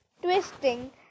twisting